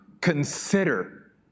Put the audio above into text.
Consider